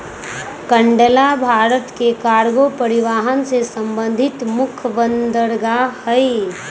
कांडला भारत के कार्गो परिवहन से संबंधित मुख्य बंदरगाह हइ